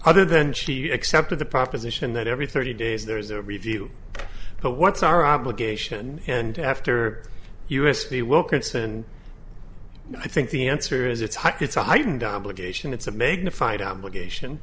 other than she accepted the proposition that every thirty days there is a review but what's our obligation and after us the wilkinson i think the answer is it's high it's a heightened obligation it's a mega fight obligation